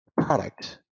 product